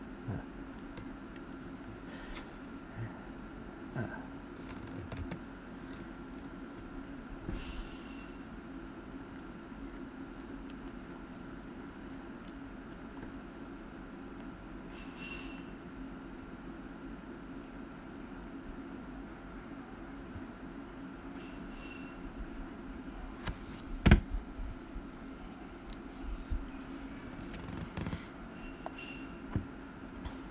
ya ya